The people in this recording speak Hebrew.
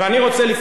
בקצרה,